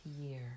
year